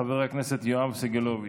חבר הכנסת יואב סגלוביץ'.